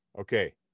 Okay